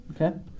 Okay